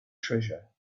treasure